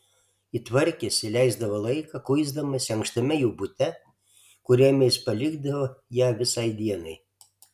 ji tvarkėsi leisdavo laiką kuisdamasi ankštame jų bute kuriame jis palikdavo ją visai dienai